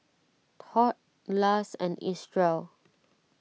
Tod Lars and Isreal